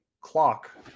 clock